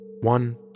one